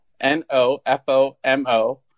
N-O-F-O-M-O